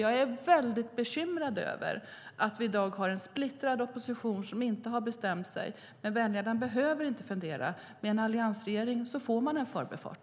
Jag är bekymrad över att det i dag finns en splittrad opposition som inte har bestämt sig. Men väljarna behöver inte fundera. Med en alliansregering blir det en förbifart.